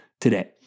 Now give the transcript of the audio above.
today